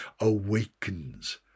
awakens